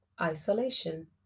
Isolation